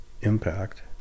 impact